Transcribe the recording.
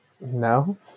No